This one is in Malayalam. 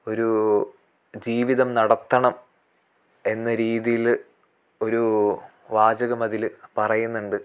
ഒരു ജീവിതം നടത്തണം എന്ന രീതിയിൽ ഒരു വാചകം അതിൽ പറയുന്നുണ്ട്